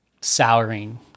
souring